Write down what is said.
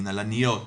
מנהלניות,